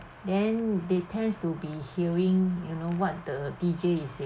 then they tends to be hearing you know what the D_J is saying